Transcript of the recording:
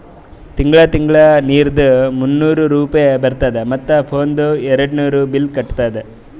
ತಿಂಗಳ ತಿಂಗಳಾ ನೀರ್ದು ಮೂನ್ನೂರ್ ರೂಪೆ ಬರ್ತುದ ಮತ್ತ ಫೋನ್ದು ಏರ್ಡ್ನೂರ್ ಬಿಲ್ ಕಟ್ಟುದ